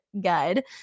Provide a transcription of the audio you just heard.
guide